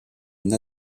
une